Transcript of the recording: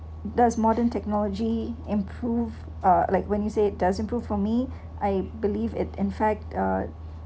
does modern technology improve uh like when you say it does improve for me I believe it in fact uh